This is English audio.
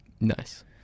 Nice